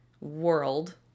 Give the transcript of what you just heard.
world